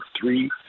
three